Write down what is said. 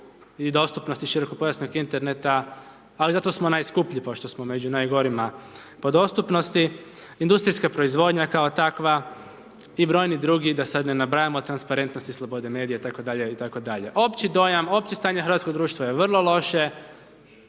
i dostupnosti širokopojasnog interneta, ali zato smo najskuplji pošto smo među najgorima po dostupnosti. Industrijska proizvodnja, kao takva i brojani drugi da sad ne nabrajamo, transparentnosti i slobode medija itd., itd. Opći dojam, opće stanje hrvatskog društva je vrlo loše,